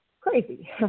crazy